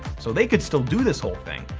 so they could still do this whole thing.